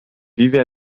vive